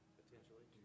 potentially